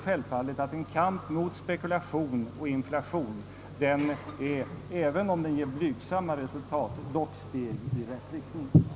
Självfallet är en kamp mot spekulation och inflationsvinster — även om den ger blygsamma resultat — ett steg i rätt riktning.